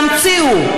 תמציאו,